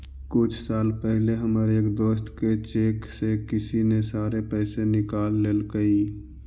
कुछ साल पहले हमर एक दोस्त के चेक से किसी ने सारे पैसे निकाल लेलकइ